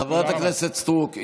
חברת הכנסת סטרוק,